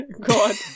God